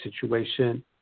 situation